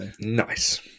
Nice